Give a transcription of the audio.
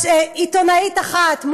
אז עיתונאית אחת,